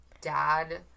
dad